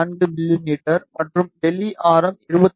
4 மிமீ மற்றும் வெளி ஆரம் 23